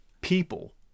people